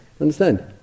Understand